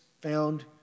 found